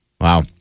Wow